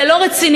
זה לא רציני,